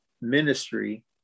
ministry